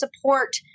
support